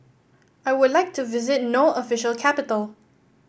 I would like to visit No official capital